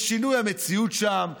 לשינוי המציאות שם,